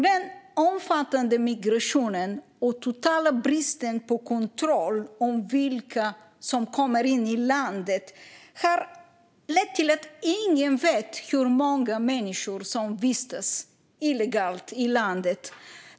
Den omfattande migrationen och totala bristen på kontroll av vilka som kommer in i landet har lett till att ingen vet hur många människor som vistas illegalt i landet.